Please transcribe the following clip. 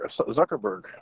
Zuckerberg